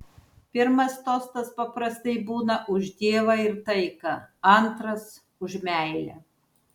pirmas tostas paprastai būna už dievą ir taiką antras už meilę